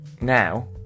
now